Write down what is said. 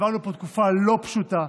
עברנו פה תקופה לא פשוטה,